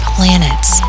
Planets